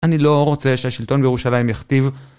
אני לא רוצה שהשלטון בירושלים יכתיב